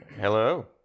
Hello